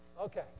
Okay